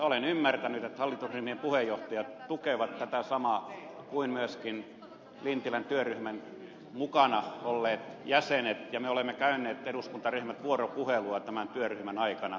olen ymmärtänyt että hallitusryhmien puheenjohtajat tukevat tätä samaa kuten myöskin lintilän työryhmän mukana olleet jäsenet ja me eduskuntaryhmät olemme käyneet vuoropuhelua tämän työryhmän aikana